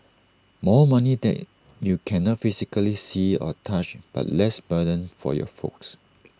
more money that you cannot physically see or touch but less burden for your folks